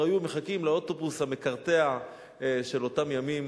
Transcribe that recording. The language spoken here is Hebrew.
היו מחכים לאוטובוס המקרטע של אותם ימים.